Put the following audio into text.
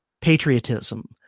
patriotism